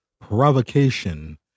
provocation